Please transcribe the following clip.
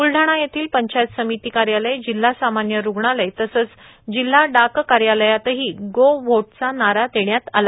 ब्लडाणा येथील पंचायत समिती कार्यालय जिल्हा सामान्य रूग्णालय तसेच जिल्हा डाक कार्यालयातही गो व्होटचा नारा देण्यात आला